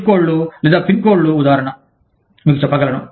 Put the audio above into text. zip కోడ్లు లేదా pin కోడ్ల ఉదాహరణ మీకు చెప్పగలను